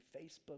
facebook